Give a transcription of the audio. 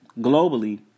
globally